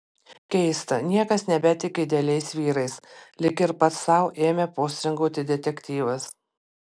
keista niekas nebetiki idealiais vyrais lyg ir pats sau ėmė postringauti detektyvas